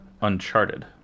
Uncharted